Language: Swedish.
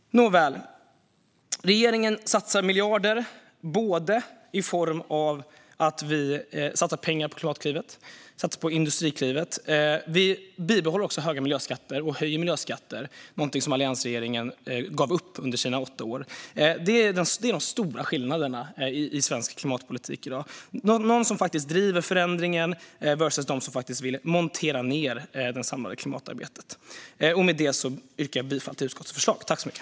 Nåväl, regeringen satsar miljarder på både Klimatklivet och Industriklivet. Vi bibehåller också höga miljöskatter och höjer dem ytterligare, något som alliansregeringen gav upp under sina åtta år. De stora skillnaderna i svensk klimatpolitik i dag finns här - de som driver på för förändring versus de som vill montera ned det samlade klimatarbetet. Med detta yrkar jag bifall till utskottets förslag.